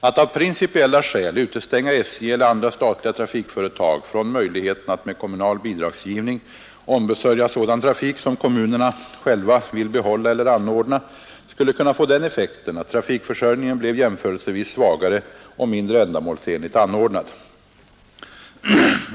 Att av principiella skäl utestänga SJ eller andra statliga trafikföretag från möjligheten att med kommunal bidragsgivning ombesörja sådan trafik som kommunerna själva vill behålla eller anordna skulle kunna få den effekten att trafikförsörjningen blev jämförelsevis svagare och mindre ändamålsenligt anordnad.